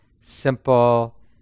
simple